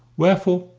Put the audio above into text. wherefore,